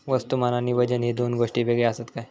वस्तुमान आणि वजन हे दोन गोष्टी वेगळे आसत काय?